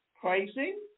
pricing